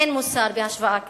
אין מוסר בהשוואה כזאת.